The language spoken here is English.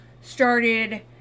started